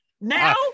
Now